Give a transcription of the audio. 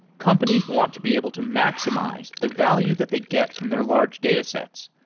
companies want to be able to maximize the value that they get from their large data sets,